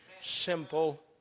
Simple